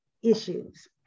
issues